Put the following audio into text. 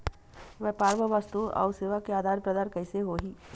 व्यापार मा वस्तुओ अउ सेवा के आदान प्रदान कइसे होही?